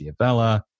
Diabella